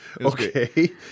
Okay